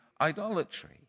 idolatry